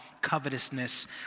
covetousness